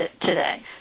today